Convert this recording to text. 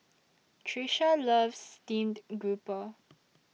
Trisha loves Steamed Grouper